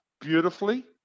beautifully